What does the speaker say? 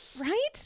right